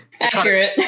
Accurate